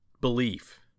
belief